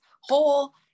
whole